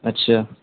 اچھا